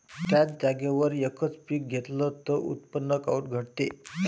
थ्याच जागेवर यकच पीक घेतलं त उत्पन्न काऊन घटते?